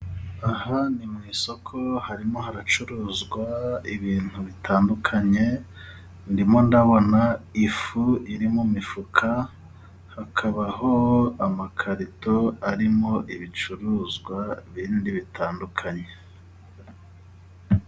Aha ni mu isoko harimo abacuruzwa ibintu bitandukanye. Ndimo ndabona ifu iri mu mifuka, hakabaho amakarito arimo ibicuruzwa bindi bitandukanye.